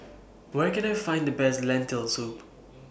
Where Can I Find The Best Lentil Soup